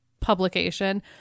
publication